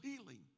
healing